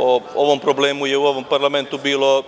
O ovom problemu je u ovom parlamentu bilo